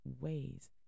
ways